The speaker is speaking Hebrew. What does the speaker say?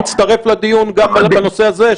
הכנסת כסיף יצטרף לדיון גם בנושא הזה,